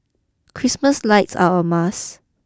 Christmas lights are a must